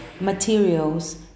materials